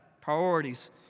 priorities